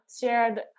shared